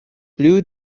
blue